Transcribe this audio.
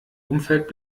umfeld